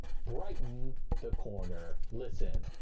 brighten the corner. listen!